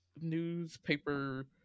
newspaper